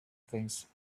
things